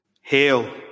Hail